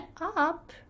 up